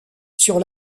sur